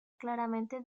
claramente